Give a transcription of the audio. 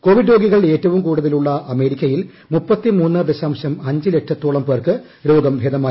Covid രോഗികൾ ഏറ്റവും കൂടുതലുള്ള അമേരിക്കയിൽ ലക്ഷത്തോളം പേർക്ക് രോഗം ഭേദമായി